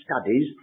studies